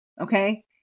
Okay